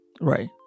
Right